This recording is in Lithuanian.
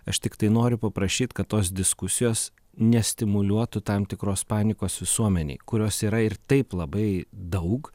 aš tiktai noriu paprašyt kad tos diskusijos nestimuliuotų tam tikros panikos visuomenėj kurios yra ir taip labai daug